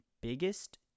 biggest